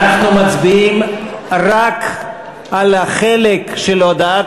אנחנו מצביעים רק על החלק של הודעת